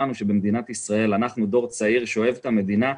הדור הצעיר שאוהב את המדינה,